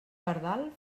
pardal